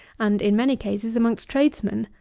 and, in many cases, amongst tradesmen,